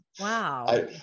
Wow